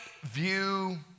view